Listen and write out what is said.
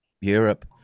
Europe